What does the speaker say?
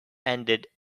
ended